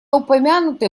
упомянуты